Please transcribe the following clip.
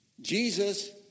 jesus